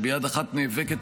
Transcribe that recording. שביד אחת נאבקת,